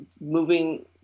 moving